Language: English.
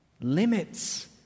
limits